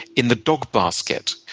in the dog basket.